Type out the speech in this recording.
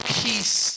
peace